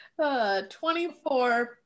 24